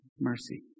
mercy